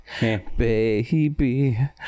baby